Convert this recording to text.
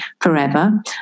forever